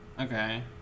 Okay